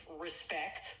respect